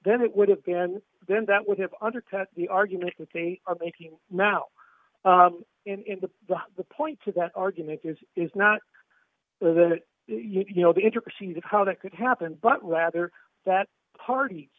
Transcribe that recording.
then it would have been then that would have undercut the argument that they are making now in the law the point to that argument is is not the you know the intricacies of how that could happen but rather that parties